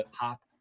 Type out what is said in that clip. pop